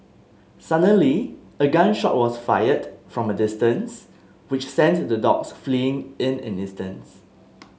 suddenly a gun shot was fired from a distance which sent the dogs fleeing in an instant